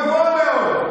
וגם גדול מאוד,